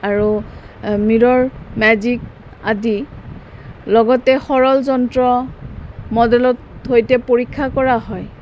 আৰু mirror magic আদি লগতে সৰল যন্ত্ৰ মডেলত সৈতে পৰীক্ষা কৰা হয়